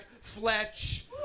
Fletch